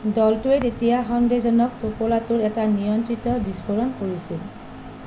দলটোৱে তেতিয়া সন্দেহজনক টোপোলাটোৰ এটা নিয়ন্ত্ৰিত বিস্ফোৰণ কৰিছিল